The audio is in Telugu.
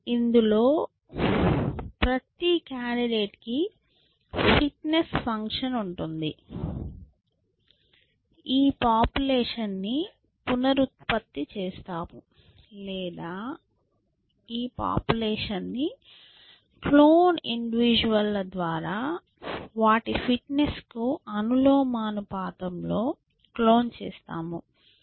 అందులో ప్రతి కాండిడేట్ కి ఫిట్నెస్ ఫంక్షన్ ఉంటుంది ఈ పాపులేషన్ ని పునరుత్పత్తి చేస్తాము లేదా ఈ పాపులేషన్ని క్లోన్ ఇండివిడ్యుల్ ల ద్వారా వాటి ఫిట్నెస్కు అనులోమానుపాతంలో క్లోన్ చేస్తాము